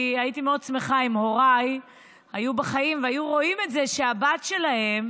כי הייתי מאוד שמחה אם הוריי היו בחיים והיו רואים שהבת שלהם,